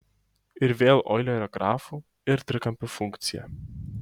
ir vėl oilerio grafų ir trikampių funkcija